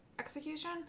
execution